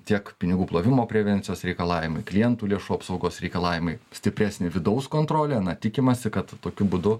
tiek pinigų plovimo prevencijos reikalavimai klientų lėšų apsaugos reikalavimai stipresnė vidaus kontrolė tikimasi kad tokiu būdu